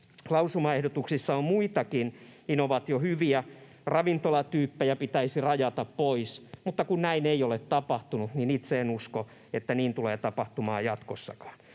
lausumaehdotuksissa on muitakin, ovat jo hyviä. Ravintolatyyppejä pitäisi rajata pois, mutta kun näin ei ole tapahtunut, niin itse en usko, että niin tulee tapahtumaan jatkossakaan.